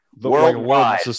worldwide